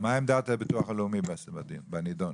עמדת הביטוח הלאומי בנדון?